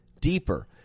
deeper